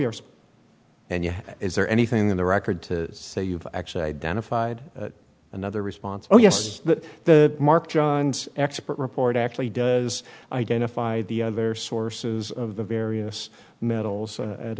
years and yet is there anything in the record to say you've actually identified another response oh yes that the mark johns expert report actually does identify the other sources of the various metals